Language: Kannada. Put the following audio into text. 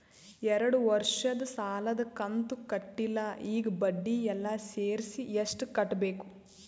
ಎರಡು ವರ್ಷದ ಸಾಲದ ಕಂತು ಕಟ್ಟಿಲ ಈಗ ಬಡ್ಡಿ ಎಲ್ಲಾ ಸೇರಿಸಿ ಎಷ್ಟ ಕಟ್ಟಬೇಕು?